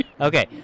Okay